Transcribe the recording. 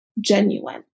genuine